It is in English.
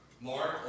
Mark